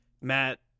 Matt